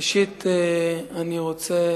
ראשית, אני רוצה